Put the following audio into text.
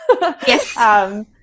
Yes